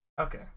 Okay